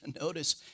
notice